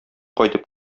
кайтып